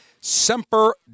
Semper